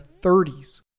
30s